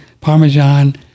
Parmesan